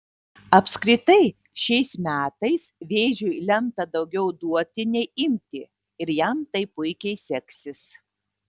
apskritai šiais metais vėžiui lemta daugiau duoti nei imti ir jam tai puikiai seksis